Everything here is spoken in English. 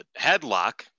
headlock